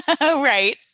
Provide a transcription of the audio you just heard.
right